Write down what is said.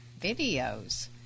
videos